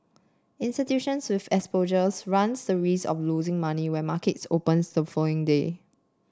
institutions with exposures run the risk of losing money when markets opens the following day